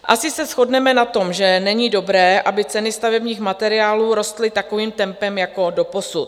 Asi se shodneme na tom, že není dobré, aby ceny materiálů rostly takovým tempem jako doposud.